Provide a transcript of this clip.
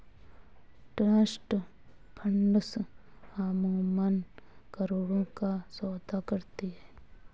trust funds अमूमन करोड़ों का सौदा करती हैं